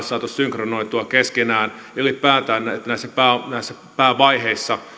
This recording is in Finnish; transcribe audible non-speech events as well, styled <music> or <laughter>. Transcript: <unintelligible> saatu synkronoitua keskenään ja ylipäätään että näissä näissä päävaiheissa